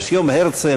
יש יום הרצל,